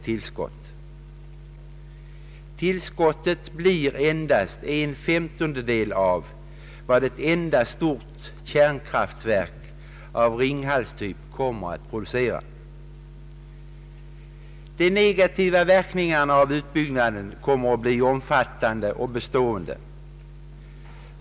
Tillskottet blir endast en femtondel av vad ett enda stort kärnkraftverk av Ringhalstyp kommer att producera. De negativa verkningarna av utbyggnaden kommer att bli omfattande och bestående.